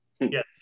Yes